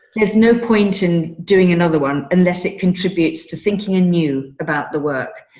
there's no point in doing another one unless it contributes to thinking a new about the work.